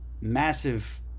massive